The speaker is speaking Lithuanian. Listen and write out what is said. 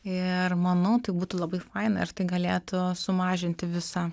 ir manau tai būtų labai faina ir tai galėtų sumažinti visą